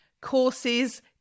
courses